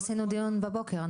לא עשינו דיון בבוקר,